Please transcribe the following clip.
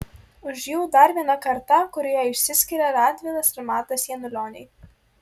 už jų dar viena karta kurioje išsiskiria radvilas ir matas janulioniai